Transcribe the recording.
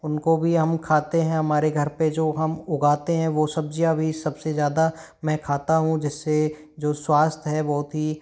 उनको भी हम खाते हैं हमारे घर पर जो हम उगाते हैं वो सब्जियाँ भी सबसे ज्यादा मैं खाता हूँ जिससे जो स्वास्थ्य है बहुत ही